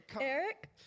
Eric